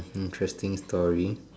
interesting story